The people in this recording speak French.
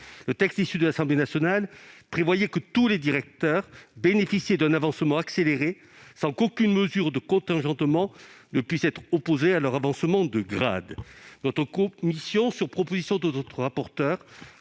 Le texte issu de l'Assemblée nationale prévoyait que tous les directeurs bénéficieraient d'un avancement accéléré, aucune mesure de contingentement ne pouvant être opposée à leur avancement de grade.